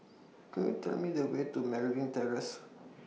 Could YOU Tell Me The Way to Merryn Terrace